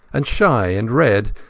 and shy and red,